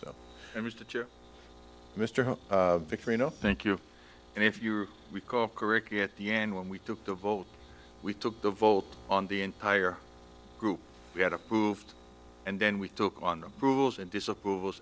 mr victory no thank you and if you recall correctly at the end when we took the vote we took the vote on the entire group we had approved and then we took on the rules and disapproval